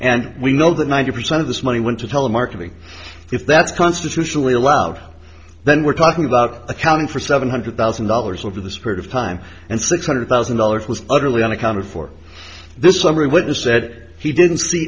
and we know that ninety percent of this money went to telemarketing if that's constitutionally allowed then we're talking about accounting for seven hundred thousand dollars over the spirit of time and six hundred thousand dollars was utterly unaccounted for this summary witness said he didn't see